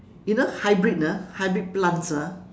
you know hybrid ah hybrid plants ah